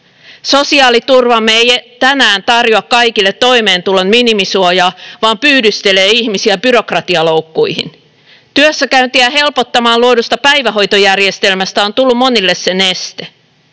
Sosiaaliturvamme ei tänään tarjoa kaikille toimeentulon minimisuojaa, vaan pyydystelee ihmisiä byrokratialoukkuihin. Työssäkäyntiä helpottamaan luodusta päivähoitojärjestelmästä on tullut monille sen este.